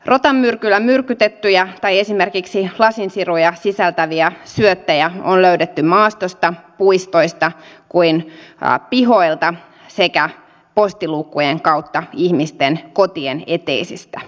rotanmyrkyllä myrkytettyjä tai esimerkiksi lasinsiruja sisältäviä syöttejä on löydetty niin maastosta puistoista kuin pihoilta sekä postiluukkujen kautta ihmisten kotien eteisistä